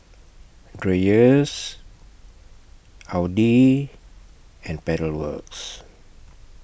Dreyers Audi and Pedal Works